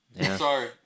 Sorry